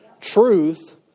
Truth